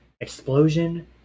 explosion